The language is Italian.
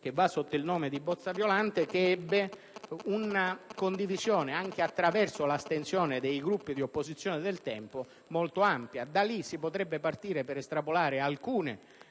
che va sotto il nome di bozza Violante, che ebbe una condivisione, anche attraverso l'astensione dei Gruppi di opposizione del tempo, molto ampia. Da lì si potrebbe partire, per estrapolare alcune